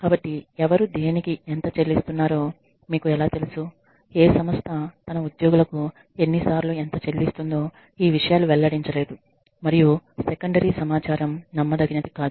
కాబట్టి ఎవరు దేనికి ఎంత చెల్లిస్తున్నారో మీకు ఎలా తెలుసు ఏ సంస్థ తన ఉద్యోగులకు ఎన్నిసార్లు ఎంత చెల్లిస్తుందో ఈ విషయాలు వెల్లడించలేదు మరియు సెకండరీ సమాచారం నమ్మదగినది కాదు